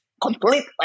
completely